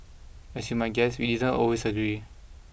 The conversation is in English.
as you might guess we didn't always agree